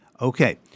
Okay